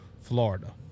Florida